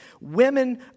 women